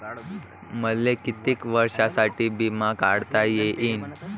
मले कितीक वर्षासाठी बिमा काढता येईन?